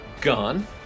Gone